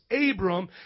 Abram